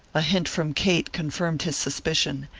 a hint from kate confirmed his suspicion,